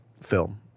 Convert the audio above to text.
film